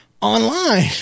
online